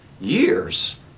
years